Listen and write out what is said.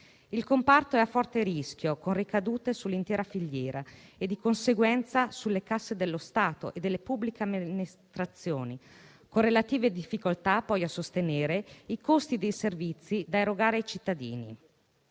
Il comparto è a forte rischio, con ricadute sull'intera filiera, e di conseguenza sulle casse dello Stato e delle pubbliche amministrazioni, con relative difficoltà poi a sostenere i costi dei servizi da erogare ai cittadini.